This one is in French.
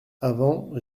avant